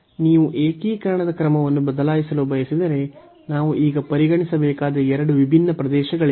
ನೀವು ಏಕೀಕರಣದ ಕ್ರಮವನ್ನು ಬದಲಾಯಿಸಲು ಬಯಸಿದರೆ ನಾವು ಈಗ ಪರಿಗಣಿಸಬೇಕಾದ ಎರಡು ವಿಭಿನ್ನ ಪ್ರದೇಶಗಳಿವೆ